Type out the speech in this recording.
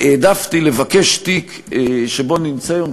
העדפתי לבקש את התיק שבו אני נמצא היום,